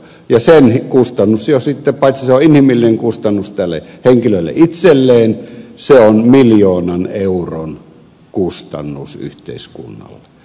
sen kustannus jo sitten paitsi että se on inhimillinen kustannus tälle henkilölle itselleen on miljoonan euron kustannus yhteiskunnalle